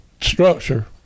structure